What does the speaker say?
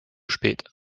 spät